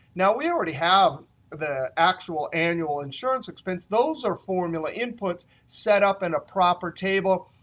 now, we already have the actual annual insurance expense. those are formula inputs set up in a proper table,